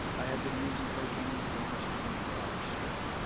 i had been using cocaine for almost twenty four hours straight.